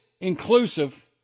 inclusive